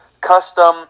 custom